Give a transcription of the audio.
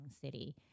city